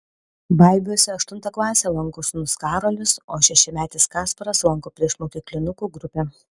baibiuose aštuntą klasę lanko sūnus karolis o šešiametis kasparas lanko priešmokyklinukų grupę